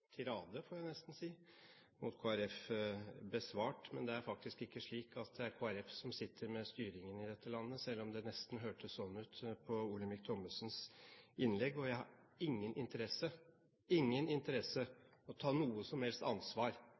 tirade, får jeg nesten si, mot Kristelig Folkeparti besvart. Men det er faktisk ikke slik at det er Kristelig Folkeparti som sitter med styringen i dette landet, selv om det nesten hørtes slik ut på Olemic Thommessens innlegg. Jeg har ingen interesse – ingen interesse – av å ta noe som helst ansvar